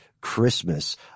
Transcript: Christmas